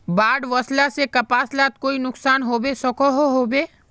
बाढ़ वस्ले से कपास लात कोई नुकसान होबे सकोहो होबे?